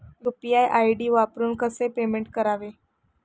UPI ID वापरून कसे payment करावे?